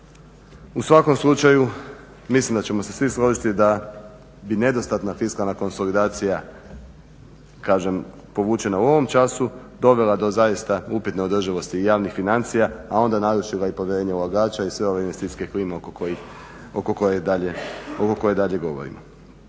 U svakom slučaju mislim da ćemo se svi složiti da bi nedostatna fiskalna konsolidacija kažem povučena u ovom času dovela do zaista upitne održivosti javnih financija, a onda narušila i povjerenje ulagača i sve ove investicijske klime oko koje i dalje govorimo.